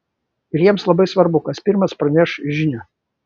ir jiems labai svarbu kas pirmas praneš žinią